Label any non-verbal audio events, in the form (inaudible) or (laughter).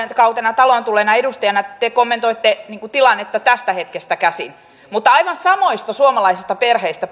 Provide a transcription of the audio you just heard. (unintelligible) että tällä kaudella taloon tulleena edustajana te kommentoitte tilannetta tästä hetkestä käsin mutta viime kaudella puhuttiin aivan samoista suomalaisista perheistä (unintelligible)